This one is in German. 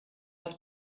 auch